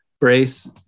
Brace